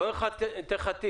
בוא אני אתן לך טיפ.